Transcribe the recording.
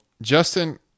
Justin